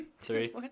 Three